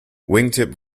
wingtip